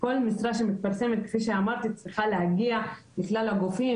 כל משרה שמתפרסמת כפי שאמרתי צריכה להגיע לכלל הגופים,